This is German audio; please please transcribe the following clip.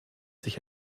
sich